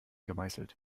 gemeißelt